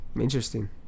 interesting